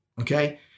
Okay